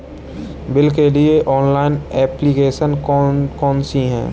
Bill के लिए online application कौन कौन सी हैं?